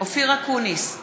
אופיר אקוניס,